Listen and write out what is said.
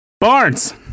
Barnes